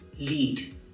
lead